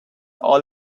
all